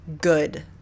good